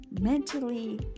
mentally